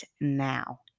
now